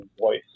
voice